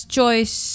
Choice